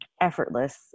effortless